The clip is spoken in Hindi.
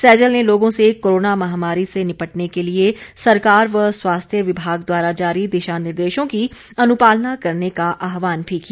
सैजल ने लोगों से कोरोना महामारी से निपटने के लिए सरकार व स्वास्थ्य विभाग द्वारा जारी दिशा निर्देशों की अनुपालना करने का आहवान भी किया